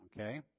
okay